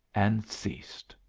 and ceased.